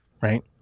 right